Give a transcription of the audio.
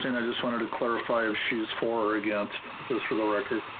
and i just wanted to clarify if she's for or against, just for the record.